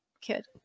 kid